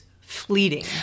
fleeting